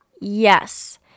Yes